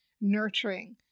nurturing